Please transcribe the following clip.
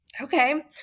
Okay